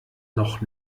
noch